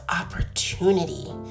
opportunity